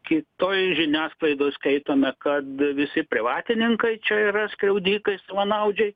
kitoj žiniasklaidoj skaitome kad visi privatininkai čia yra skriaudikai savanaudžiai